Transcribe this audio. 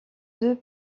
deux